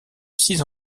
six